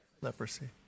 Leprosy